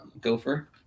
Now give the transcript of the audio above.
gopher